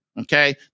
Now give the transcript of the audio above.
Okay